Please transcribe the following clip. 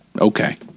okay